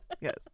yes